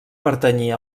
pertanyia